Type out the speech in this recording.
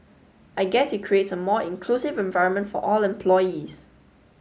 I guess it creates a more inclusive environment for all employees